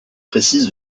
précise